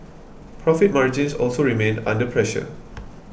profit margins also remained under pressure